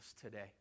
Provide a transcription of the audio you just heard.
today